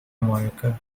monica